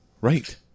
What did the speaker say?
Right